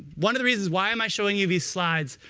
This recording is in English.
one of the reasons why am i showing you these slides,